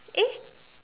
eh